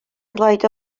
lloyd